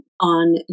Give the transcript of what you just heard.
on